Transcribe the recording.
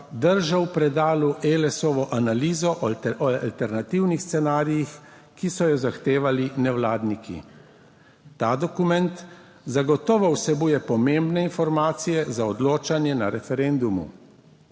držal v predalu Elesovo analizo o alternativnih scenarijih, ki so jo zahtevali nevladniki. Ta dokument zagotovo vsebuje pomembne informacije za odločanje na referendumu.